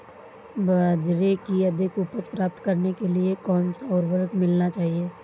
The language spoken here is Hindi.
बाजरे की अधिक उपज प्राप्त करने के लिए कौनसा उर्वरक मिलाना चाहिए?